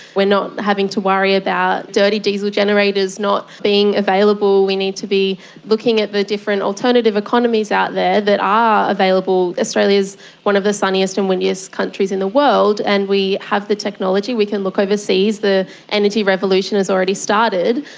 we are not having to worry about dirty diesel generators not being available. we need to be looking at the different alternative economies out there that are available. australia is one of the sunniest and windiest countries in the world and we have the technology, we can look overseas. the energy revolution has already started.